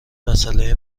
مساله